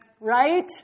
Right